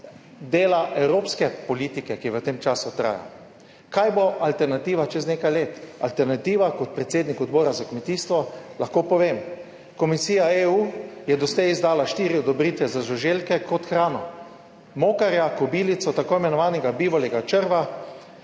dela evropske politike, ki v tem času traja. Kaj bo alternativa čez nekaj let? Alternativa, kot predsednik Odbora za kmetijstvo lahko povem, komisija EU je doslej izdala štiri odobritve za žuželke kot hrano, mokarja, kobilico, tako imenovanega bivoljevega črva,